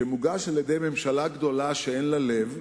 שמוגש על-ידי ממשלה גדולה שאין לה לב,